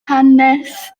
hanes